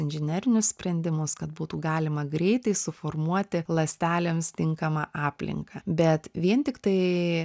inžinerinius sprendimus kad būtų galima greitai suformuoti ląstelėms tinkamą aplinką bet vien tiktai